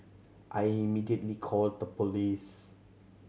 I immediately called the police